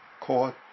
caught